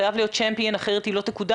כי אחרת התוכנית לא תקודם.